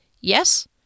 Yes